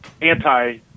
anti